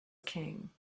king